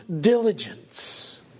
diligence